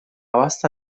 vasta